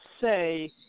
say